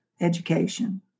education